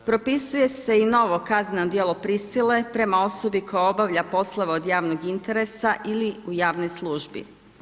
Propisuje se i novo kazneno djelo prisile prema osobi koja obavlja poslove od javnog interesa ili u javnoj službi.